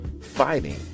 fighting